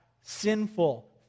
sinful